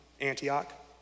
Antioch